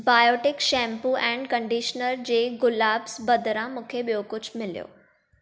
Biotique shampoo and conditioner जे गुलाब्स बदिरां मूंखे ॿियो कुझु मिलियो